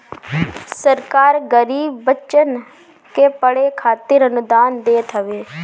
सरकार गरीब बच्चन के पढ़े खातिर अनुदान देत हवे